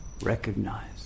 recognize